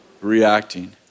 reacting